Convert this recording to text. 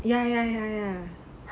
ya ya ya ya